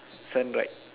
sun right